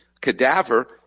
cadaver